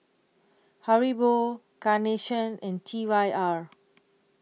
Haribo Carnation and T Y R